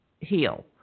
heal